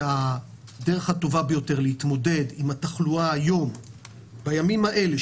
לדעתי הדרך הטובה ביותר להתמודד עם התחלואה היום בימים האלה,